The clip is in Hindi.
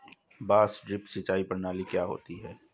बांस ड्रिप सिंचाई प्रणाली क्या होती है?